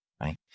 Right